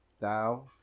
Thou